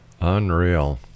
Unreal